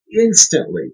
Instantly